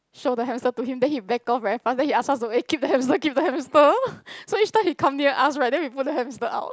show the hamster to him then he back off very fast then he ask us to eh keep the hamster keep the hamster so each time he come near us right then we put the hamster out